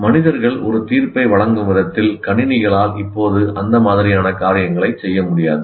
மனிதர்கள் ஒரு தீர்ப்பை வழங்கும் விதத்தில் கணினிகளால் இப்போது அந்த மாதிரியான காரியங்களைச் செய்ய முடியாது